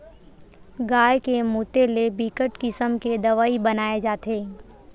गाय के मूते ले बिकट किसम के दवई बनाए जाथे